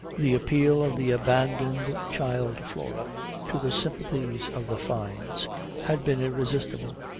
the appeal of the abandoned child flora to the sympathies of the fynes had been irresistible.